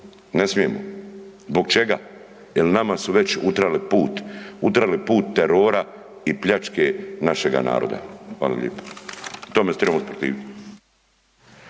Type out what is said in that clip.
ne smijemo. Zbog čega? Jer nama su već utjerali put, utjerali put terora i pljačke našega naroda. Hvala lijepo i tome se trebamo protiviti.